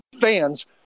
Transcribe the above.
fans